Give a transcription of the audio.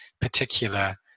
particular